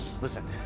Listen